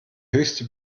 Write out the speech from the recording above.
höchste